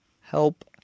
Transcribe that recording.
Help